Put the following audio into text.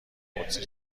قدسی